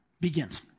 begins